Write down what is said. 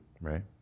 Right